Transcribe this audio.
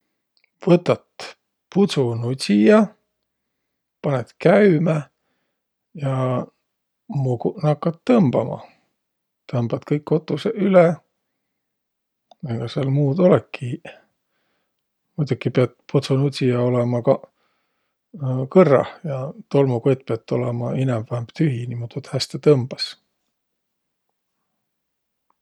Võtat pudsunudsija, panõt käümä ja muguq nakkat tõmbama. Tõmbat kõik kotusõq üle. Egaq sääl muud olõki-iq. Muidoki piät pudsunudsija olõma ka kõrrah ja tolmukott piät olõma niimuudu inämb-vähämb tühi, niimuudu, et häste tõmbas.